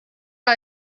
out